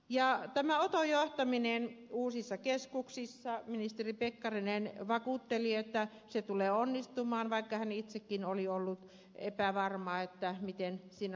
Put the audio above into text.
ja tämä johtaminen uusissa keskuksissa ministeri pekkarinen vakuutteli että oto johtaminen uusissa keskuksissa tulee onnistumaan vaikka hän itsekin oli ollut epävarma miten siinä lopulta käy